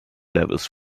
levels